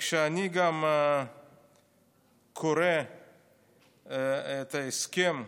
וכשאני גם קורא את ההסכם,